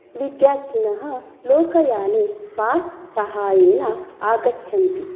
विद्यार्थीनः लोकयाने पास् सहायेन आगच्छन्ति